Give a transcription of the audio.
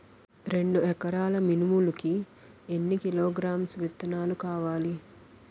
రెండు ఎకరాల మినుములు కి ఎన్ని కిలోగ్రామ్స్ విత్తనాలు కావలి?